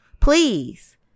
please